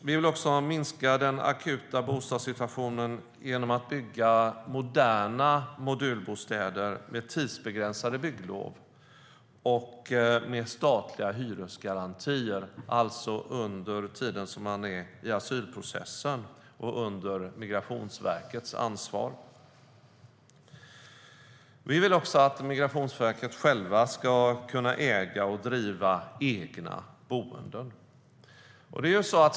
Vi vill också avhjälpa den akuta bostadssituationen genom att bygga moderna modulbostäder med tidsbegränsade bygglov och statliga hyresgarantier. Detta ska kunna utnyttjas under den tid man är i asylprocessen och under Migrationsverkets ansvar. Vi vill också att Migrationsverket självt ska kunna äga och driva egna boenden.